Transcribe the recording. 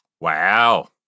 Wow